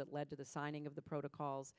that led to the signing of the protocols